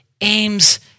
aims